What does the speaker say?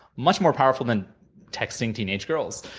much more powerful than texting teenage girls.